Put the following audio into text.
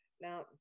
Now